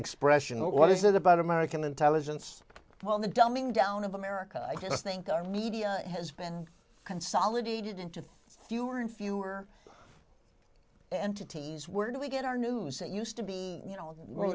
expression what is it about american intelligence well the dumbing down of america i just think our media has been consolidated into fewer and fewer entity's where do we get our news it used to be you know w